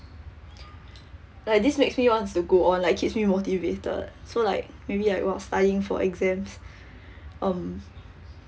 like this makes me wants to go on like keeps me motivated so like maybe like what studying for exams um